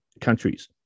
countries